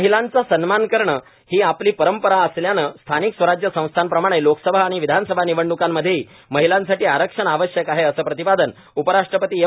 महिलांचा सन्मान करणे ही आपली परंपरा असल्याने स्थानिक स्वराज्य संस्थांप्रमाणे लोकसभा आणि विधानसभा निवडणुकांमध्येही महिलांसाठी आरक्षण आवश्यक आहे असे प्रतिपादन उपराष्ट्रपती एम